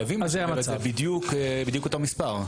וגם אם רוצים לשמור על המצב הקיים חייבים לשמור את זה בדיוק אותו מספר,